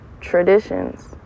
traditions